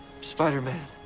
Spider-Man